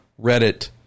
Reddit